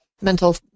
mental